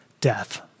death